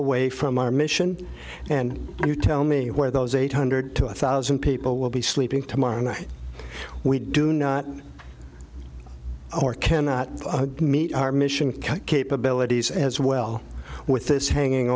away from our mission and you tell me where those eight hundred thousand people will be sleeping tomorrow night we do not or cannot meet our mission capabilities as well with this hanging